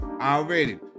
Already